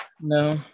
No